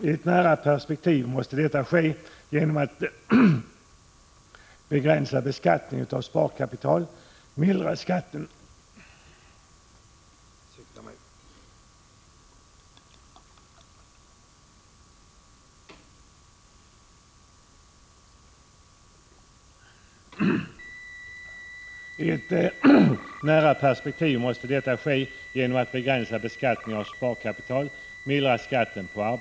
I ett nära perspektiv måste detta ske genom att beskattningen av sparkapital begränsas och skatten på arbete mildras.